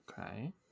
Okay